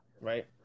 right